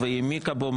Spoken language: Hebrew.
המשפטית.